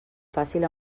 fàcil